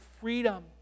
freedom